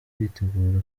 kwitegura